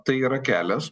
tai yra kelias